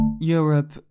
Europe